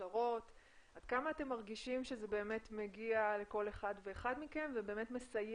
עד כמה אתם מרגישים שזה מגיע לכל אחד ואחד מכם ובאמת מסיע